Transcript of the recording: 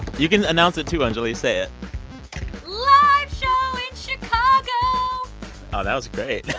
you can announce it, too, anjuli. say it live show in chicago oh, that was great.